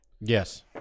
Yes